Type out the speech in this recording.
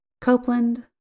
Copeland